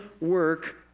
work